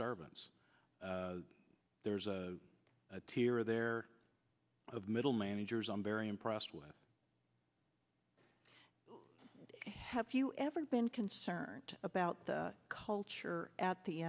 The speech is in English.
servants there's a tier there of middle managers i'm very impressed with have you ever been concerned about the culture at the